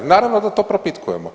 Naravno da to propitkujemo.